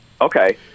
Okay